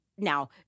Now